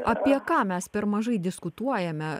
apie ką mes per mažai diskutuojame